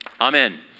Amen